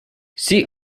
see